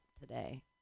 today